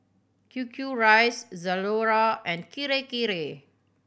Q Q Rice Zalora and Kirei Kirei